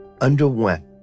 underwent